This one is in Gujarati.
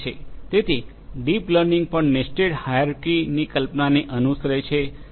તેથી ડીપ લર્નિંગ પણ નેસ્ટેડ હાયરાર્કીની કલ્પનાને અનુસરે છે